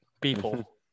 people